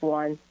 one